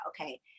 okay